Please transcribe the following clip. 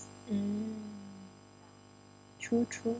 mm true true